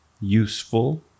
useful